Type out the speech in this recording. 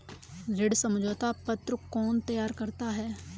ऋण समझौता पत्र कौन तैयार करता है?